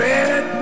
Red